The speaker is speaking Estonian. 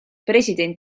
president